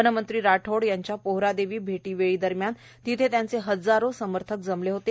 वनमंत्री राठोड यांच्या पोहरादेवी भेटी वेळी तेथे त्यांचे हजारो समर्थक जमले होते